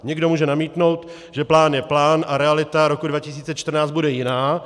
Někdo může namítnout, že plán je plán a realita roku 2014 bude jiná.